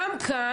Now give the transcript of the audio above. גם כאן,